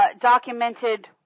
documented